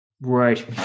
Right